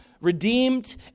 redeemed